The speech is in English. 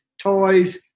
toys